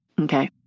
Okay